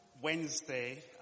Wednesday